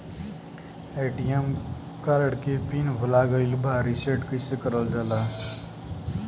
ATM card के pin भूला गइल बा रीसेट कईसे करल जाला?